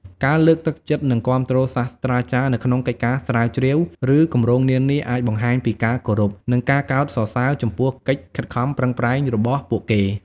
ការលើកទឹកចិត្តនិងគាំទ្រសាស្រ្តាចារ្យនៅក្នុងកិច្ចការស្រាវជ្រាវ ឬគម្រោងនានា អាចបង្ហាញពីការគោរព និងការកោតសរសើរចំពោះកិច្ចខិតខំប្រឹងប្រែងរបស់ពួកគាត់។